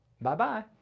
Bye-bye